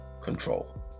control